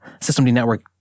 systemd-network